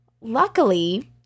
Luckily